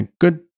Good